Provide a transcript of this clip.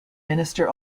minister